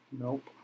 Nope